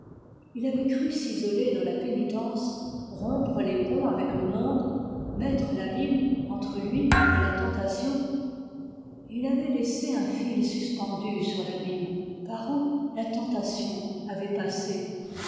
il avait cru s'isoler dans la pénitence rompre les ponts avec le monde mettre l'abîme entre lui et la tentation et il avait laissé un fil suspendu sur l'abîme par où la tentation avait passé